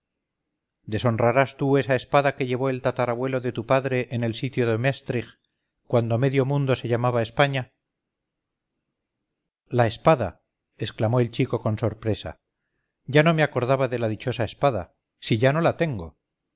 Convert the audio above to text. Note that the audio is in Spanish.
batalla deshonrarás tú esa espada que llevó el tatarabuelo de tu padre en el sitio de maestrich cuando medio mundo se llamaba españa la espada exclamó el chico con sorpresa ya no me acordaba de la dichosa espada si ya no la tengo